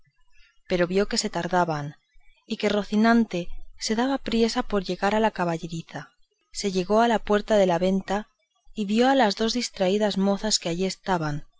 pero como vio que se tardaban y que rocinante se daba priesa por llegar a la caballeriza se llegó a la puerta de la venta y vio a las dos destraídas mozas que allí estaban